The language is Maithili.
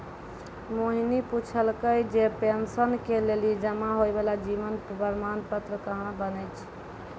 मोहिनी पुछलकै जे पेंशन के लेली जमा होय बाला जीवन प्रमाण पत्र कहाँ बनै छै?